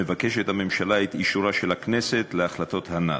מבקשת הממשלה את אישורה של הכנסת להחלטות הנ"ל.